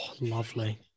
lovely